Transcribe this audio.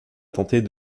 tenter